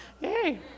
Hey